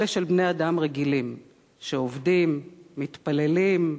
אלה של בני-אדם רגילים שעובדים, מתפללים,